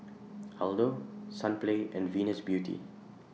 Aldo Sunplay and Venus Beauty